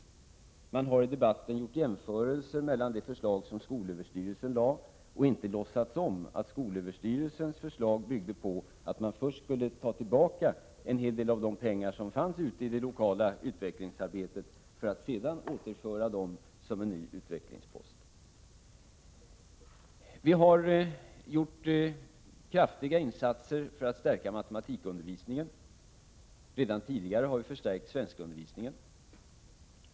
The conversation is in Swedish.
I debatten har man gjort jämförelser mellan det förslag som skolöverstyrelsen lade fram och inte låtsat om att skolöverstyrelsens förslag byggde på att man först skulle ta tillbaka en hel del av de pengar som fanns ute i det lokala utvecklingsarbetet, för att sedan återföra dem som en ny utvecklingspost. Vi har gjort kraftiga insatser för att stärka matematikundervisningen. Redan tidigare har vi förstärkt svenskundervisningen.